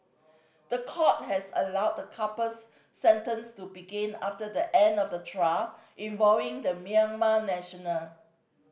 the court has allowed the couple's sentence to begin after the end of the trial involving the Myanmar national